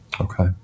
Okay